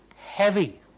heavy